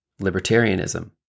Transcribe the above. Libertarianism